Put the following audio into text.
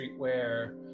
streetwear